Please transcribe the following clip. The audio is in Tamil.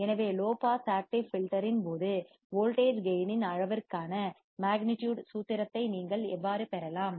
எனவே லோ பாஸ் ஆக்டிவ் ஃபில்டர்யின் போது வோல்டேஜ் கேயின் இன் அளவிற்கான மேக்னெட்யூட் சூத்திரத்தை நீங்கள் எவ்வாறு பெறலாம்